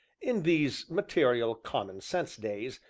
in these material, common-sense days,